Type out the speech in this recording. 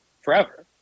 forever